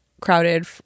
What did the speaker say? Crowded